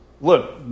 look